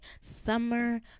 summer